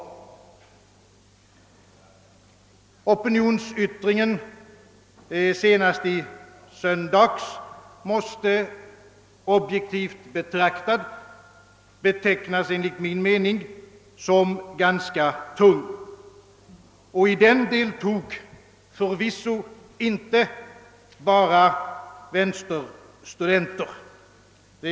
Den senaste opinionsyttringen i söndags måste enligt min mening, objektivt betraktad, vara ganska tungt vägande. Jag vill betona att det i denna förvisso inte bara deltog vänsterstudenter.